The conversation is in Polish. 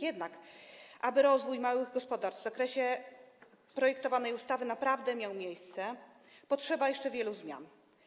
Jednak aby rozwój małych gospodarstw w zakresie projektowanej ustawy naprawdę miał miejsce, potrzeba jeszcze wielu zmian.